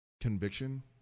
conviction